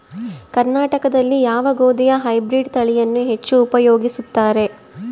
ಕರ್ನಾಟಕದಲ್ಲಿ ಯಾವ ಗೋಧಿಯ ಹೈಬ್ರಿಡ್ ತಳಿಯನ್ನು ಹೆಚ್ಚು ಉಪಯೋಗಿಸುತ್ತಾರೆ?